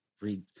read